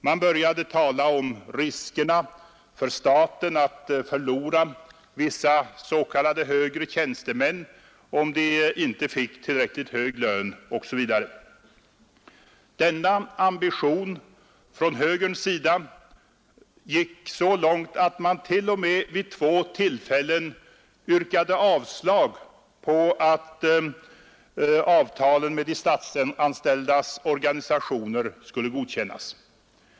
Man började tala om riskerna för staten att förlora vissa s.k. högre tjänstemän om de inte fick tillräckligt hög lön, osv. Denna ambition från högerns sida gick så långt att man vid två tillfällen yrkade avslag på att avtalen med de statsanställdas organisationer skulle godkännas.